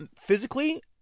physically